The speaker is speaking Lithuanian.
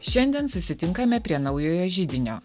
šiandien susitinkame prie naujojo židinio